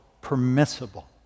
permissible